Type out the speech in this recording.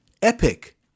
Epic